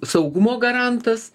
saugumo garantas